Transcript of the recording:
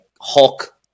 Hulk